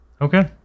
Okay